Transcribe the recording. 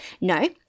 no